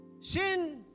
sin-